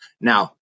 Now